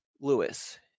Lewis